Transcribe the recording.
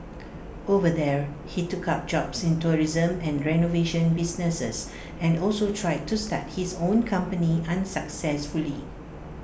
over there he took up jobs in tourism and renovation businesses and also tried to start his own company unsuccessfully